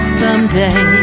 someday